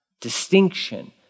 distinction